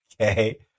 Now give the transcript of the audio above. Okay